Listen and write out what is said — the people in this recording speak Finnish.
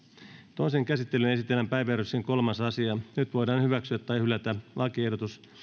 toiseen käsittelyyn esitellään päiväjärjestyksen kolmas asia nyt voidaan hyväksyä tai hylätä lakiehdotus